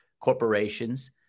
corporations